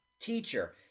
teacher